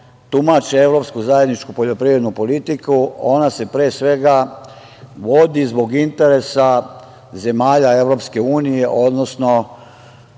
tumače evropsku zajedničku poljoprivrednu politiku, ona se pre svega vodi zbog interesa zemalja EU, odnosno